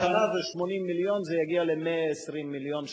השנה זה 80 מיליון, וזה יגיע ל-120 מיליון שנתי.